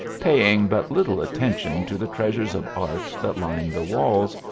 paying but little attention to the treasures of art that lined the walls,